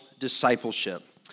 discipleship